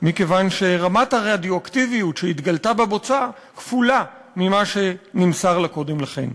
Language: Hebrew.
מכיוון שרמת הרדיואקטיביות שהתגלתה בבוצה כפולה ממה שנמסר לה קודם לכן.